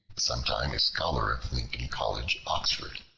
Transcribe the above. sometime a scholar of lincoln college, oxford,